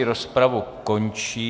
Rozpravu končím.